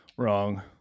wrong